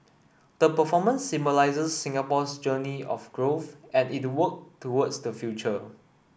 the performance symbolises Singapore's journey of growth and it work towards the future